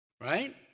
Right